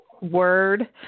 Word